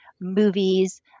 movies